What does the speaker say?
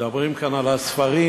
מדברים כאן על הספרים,